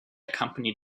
company